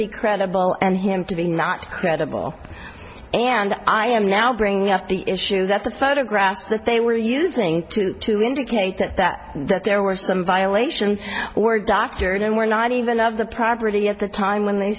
be credible and him to be not credible and i am now bringing up the issue that the photographs that they were using to to indicate that that that there were some violations were doctored and were not even of the property at the time when th